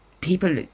people